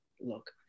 look